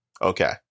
Okay